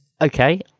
Okay